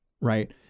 right